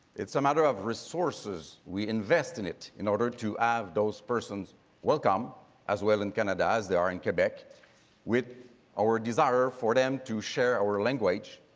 it's a matter of resources. we invest in it in order to have those persons welcome as well in canada as they are in quebec with our desire for them to share our language,